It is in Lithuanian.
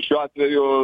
šiuo atveju